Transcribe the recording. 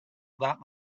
about